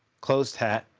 closed-hat,